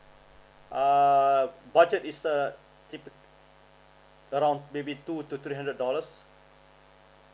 uh budget is the tip~ around maybe two to three hundred dollars